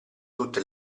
tutte